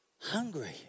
Hungry